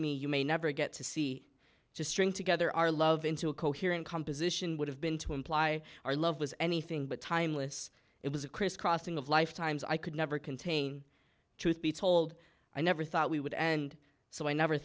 me you may never get to see to string together our love into a coherent composition would have been to imply our love was anything but timeless it was a crisscrossing of life times i could never contain truth be told i never thought we would and so i never